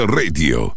radio